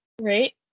Right